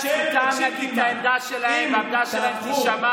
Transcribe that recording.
אני אסביר לך איך זה קשור,